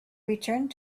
returned